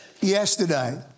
yesterday